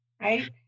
right